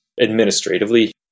administratively